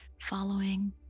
following